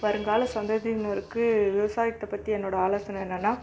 வருங்கால சந்ததியினருக்கு விவசாயத்தை பற்றி என்னோடய ஆலோசனை என்னென்னா